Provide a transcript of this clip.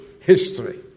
history